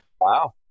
Wow